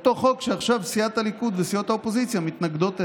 אותו חוק שעכשיו סיעת הליכוד וסיעות האופוזיציה מתנגדות לו.